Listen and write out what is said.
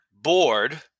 bored